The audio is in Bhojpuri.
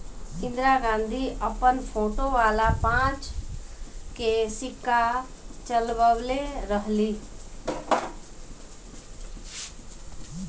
इंदिरा गांधी अपन फोटो वाला पांच के सिक्का चलवले रहली